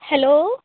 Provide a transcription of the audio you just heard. hello